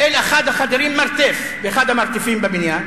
אל אחד החדרים, מרתף, אחד המרתפים בבניין,